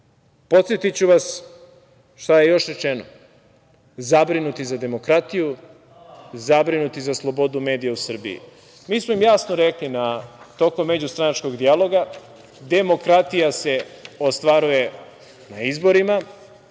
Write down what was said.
pitanje. Podsetiću vas šta je još rečeno - zabrinuti za demokratiju, zabrinuti za slobodu medija u Srbiji. Mi smo im jasno rekli tokom međustranačkog dijaloga, demokratije se ostvaruje na izborima